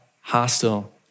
hostile